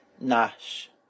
Nash